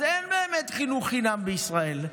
אז אין באמת חינוך חינם בישראל.